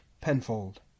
Penfold